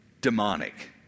demonic